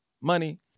money